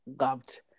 loved